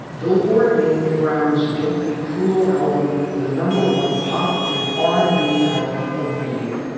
billboard named brown's don't be cruel album, the number one pop and r and b album of the year.